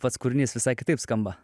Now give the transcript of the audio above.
pats kūrinys visai kitaip skamba